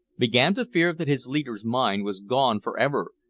began to fear that his leader's mind was gone for ever,